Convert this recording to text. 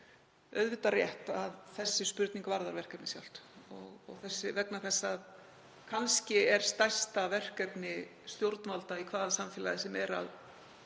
auðvitað rétt að þessi spurning varðar verkefnið sjálft vegna þess að kannski er stærsta verkefni stjórnvalda í hvaða samfélagi sem er að